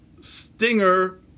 Stinger